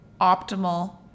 optimal